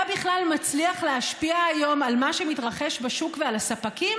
אתה בכלל מצליח להשפיע היום על מה שמתרחש בשוק ועל הספקים,